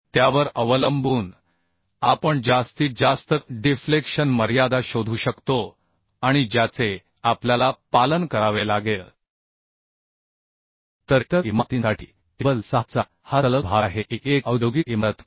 त्यावर अवलंबून आपण जास्तीत जास्त डिफ्लेक्शन मर्यादा शोधू शकतो आणि ज्याचे आपल्याला पालन करावे लागेल तर इतर इमारतींसाठी टेबल 6 चा हा सलग भाग आहे ही एक औद्योगिक इमारत होती